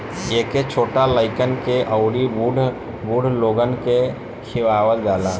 एके छोट लइकन के अउरी बूढ़ लोगन के खियावल जाला